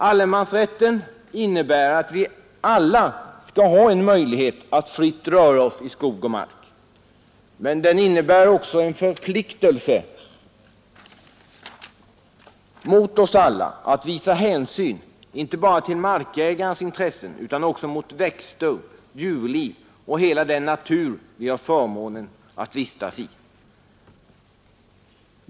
Allemansrätten innebär att vi alla skall ha en möjlighet att fritt röra oss i skog och mark, men den innebär också en förpliktelse för oss alla att visa hänsyn inte bara till markägarnas intressen utan också mot växter, djurliv och hela den natur vi har förmånen att vistas i.